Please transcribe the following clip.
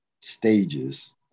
stages